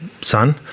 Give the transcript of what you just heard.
son